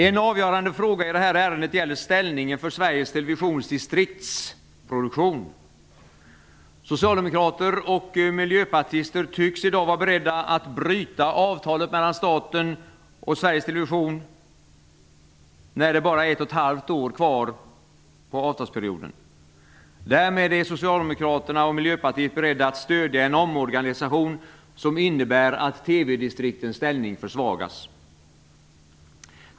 En avgörande fråga i det här ärendet gäller ställningen för Sveriges Televisions distriktsproduktion. Socialdemokrater och miljöpartister tycks i dag vara beredda att bryta avtalet mellan staten och Sveriges Television, när det bara är ett och ett halvt år kvar på avtalsperioden. Därmed är socialdemokraterna och Miljöpartiet beredda att stödja en omorganisation som innebär att TV-distriktens ställning försvagas.